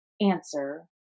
answer